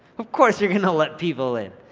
of course you're gonna let people in,